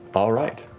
all right.